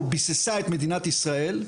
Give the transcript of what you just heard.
או ביססה את מדינת ישראל.